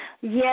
Yes